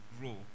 grow